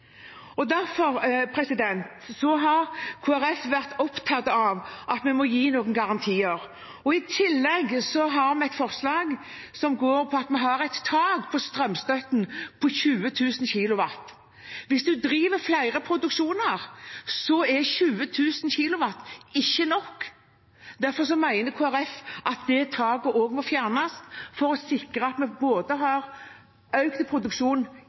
må gi noen garantier. I tillegg har vi et forslag som dreier seg om at en har et tak på strømstøtten på 20 000 kWh. Hvis man driver flere produksjoner, er 20 000 kWh ikke nok. Derfor mener Kristelig Folkeparti at det taket må fjernes for å sikre at en får økt produksjon både på jorde og i hus – der en har